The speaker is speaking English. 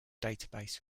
database